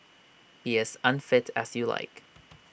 be as unfit as you like